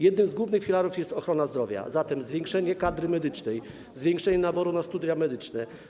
Jednym z głównych filarów jest ochrona zdrowia, zatem zwiększenie kadry medycznej, zwiększenie naboru na studia medyczne.